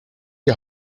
die